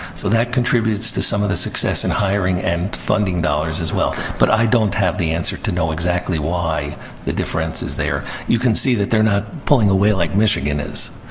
so, that contributes to some of the success in hiring and funding dollars, as well. but i don't have the answer to know exactly why the difference is there. you can see that they're not pulling away, like michigan is.